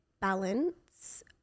balance